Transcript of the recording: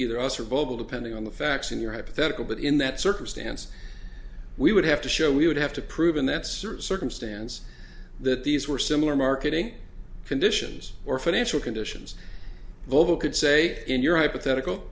either us or vogel depending on the facts in your hypothetical but in that circumstance we would have to show we would have to prove in that certain circumstance that these were similar marketing conditions or financial conditions over could say in your i pathetical